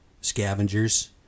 scavengers